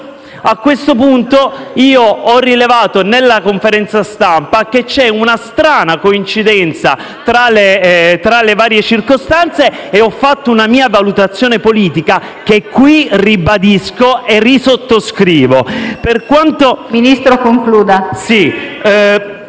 A questo punto, ho rilevato nella conferenza stampa che c'è una strana coincidenza tra le varie circostanze e ho fatto una mia valutazione politica, che qui ribadisco e sottoscrivo